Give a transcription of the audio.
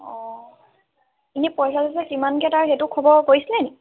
অঁ এনেই পইচা চইচা কিমানকৈ তাৰ সেইটো খবৰ কৰিছিলেনি